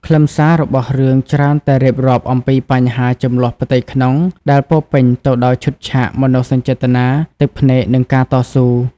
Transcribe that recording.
ខ្លឹមសាររបស់រឿងច្រើនតែរៀបរាប់អំពីបញ្ហាជម្លោះផ្ទៃក្នុងដែលពោរពេញទៅដោយឈុតឆាកមនោសញ្ចេតនា ទឹកភ្នែក និងការតស៊ូ។